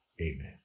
Amen